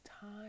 time